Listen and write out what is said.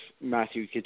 Matthew